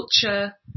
culture